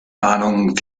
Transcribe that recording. ahnung